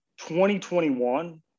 2021